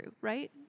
right